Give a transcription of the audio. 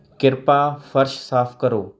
ਕਿਰਪਾ ਫ਼ਰਸ਼ ਸਾਫ਼ ਕਰੋ